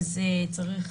צריך